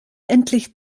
endlich